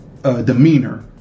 demeanor